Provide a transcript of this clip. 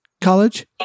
College